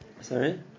Sorry